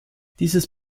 dieses